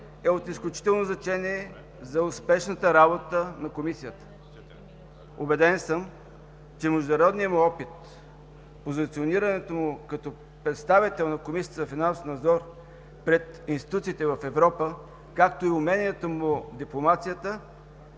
е от изключително значение за успешната работа на Комисията. Убеден съм, че международният му опит, позиционирането му като представител на Комисията за финансов надзор пред институциите в Европа, както и уменията му в дипломацията